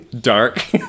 dark